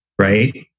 Right